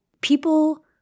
People